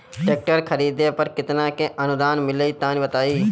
Tractor खरीदे पर कितना के अनुदान मिली तनि बताई?